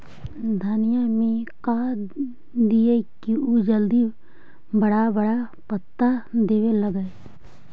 धनिया में का दियै कि उ जल्दी बड़ा बड़ा पता देवे लगै?